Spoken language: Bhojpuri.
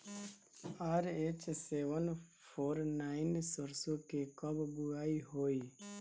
आर.एच सेवेन फोर नाइन सरसो के कब बुआई होई?